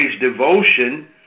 devotion